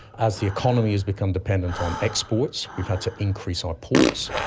as the economy has become dependent on exports we've had to increase our ports,